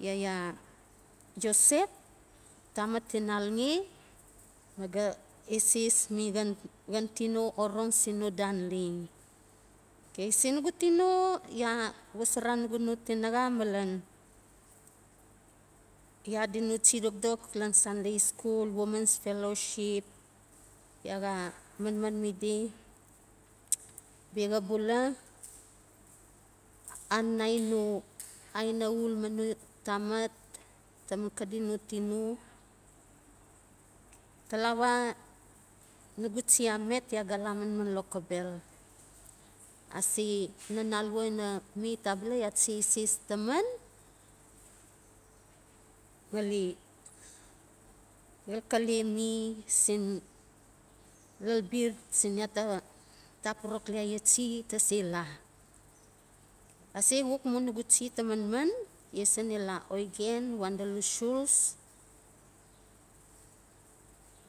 Yaya iosep tamat tinalxe ma ga eses mi xan xan tino orong sin no dan leng. Ok sin nugu tino ya xosora nugu no tinaxa malen, ya adi no chi dokdok lan sunday school, women's fellowshi, ya xa manman mi di. Bia xa bula anai no aina ul ma no tamat taman xadi no tino, talawa nugu chi a met ya ga la manman lokobel, ase nan alua ina met abala xa tase eses taman ngali xalxale mi sin lalbir sin yata ta porokli aya chi tase la. Ase xuk mu nugu chi tase manman, yesaan ila oigen wandalu schulze,